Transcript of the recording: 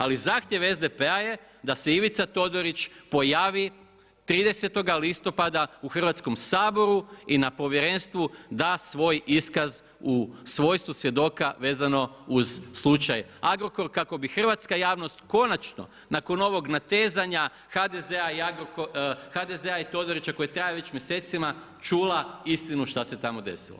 Ali zahtjev SDP-a je da se Ivica Todorić pojavi 30.10. u Hrvatskom saboru i na povjerenstvu da svoj iskaz u svojstvu svjedoka vezano uz slučaj Agrokor, kako bi hrvatska javnost, konačno nakon ovog natezanja HDZ-a i Todorića koji traje već mjesecima čula istinu što se tamo desilo.